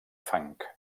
fang